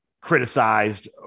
criticized